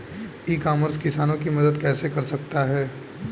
ई commerce किसानों की मदद कैसे कर सकता है?